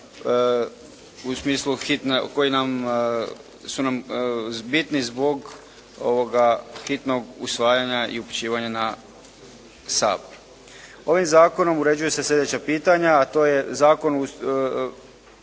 u smislu, koji su nam bitni zbog hitnog usvajanja i upućivanja na Sabor. Ovim zakonom uređuju se slijedeća pitanja, a to je Zakonom